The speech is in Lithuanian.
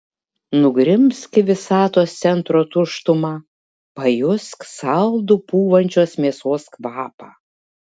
nugrimzk į visatos centro tuštumą pajusk saldų pūvančios mėsos kvapą